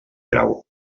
grau